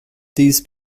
these